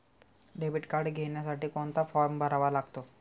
Debit card घेण्यासाठी कोणता form भरावा लागतो?